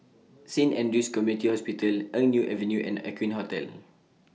Saint Andrew's Community Hospital Eng Neo Avenue and Aqueen Hotel